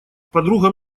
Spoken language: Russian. подругам